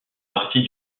partie